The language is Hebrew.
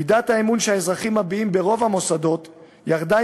מידת האמון שהאזרחים מביעים ברוב המוסדות ירדה